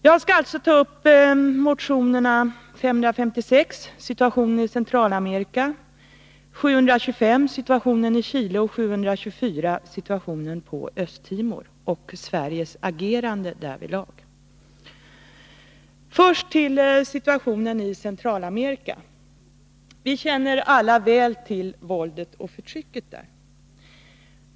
Jag skall alltså ta upp motionerna 556 om situationen i Centralamerika, 725 om situationen i Chile och 724 om situationen på Östtimor och Sveriges agerande därvidlag. Först till situationen i Centralamerika. Vi känner alla väl till våldet och förtrycket där.